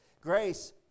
Grace